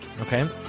Okay